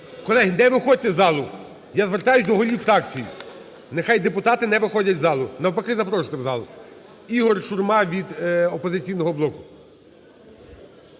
Колеги, не виходьте з залу. Я звертаюсь до голів фракцій, нехай депутати не виходять з залу, навпаки, запрошуйте в зал. Ігор Шурма від "Опозиційного блоку".